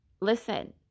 listen